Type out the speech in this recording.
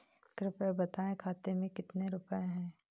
कृपया बताएं खाते में कितने रुपए हैं?